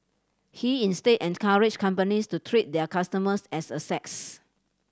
he instead and courage companies to treat their customers as a sex